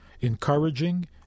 encouraging